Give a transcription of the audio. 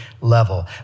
level